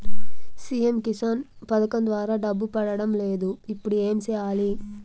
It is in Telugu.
సి.ఎమ్ కిసాన్ పథకం ద్వారా డబ్బు పడడం లేదు ఇప్పుడు ఏమి సేయాలి